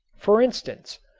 for instance,